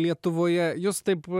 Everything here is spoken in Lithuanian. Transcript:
lietuvoje jus taip